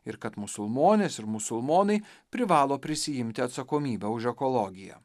ir kad musulmonės ir musulmonai privalo prisiimti atsakomybę už ekologiją